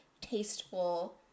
tasteful